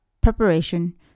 preparation